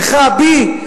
בך, בי.